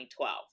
2012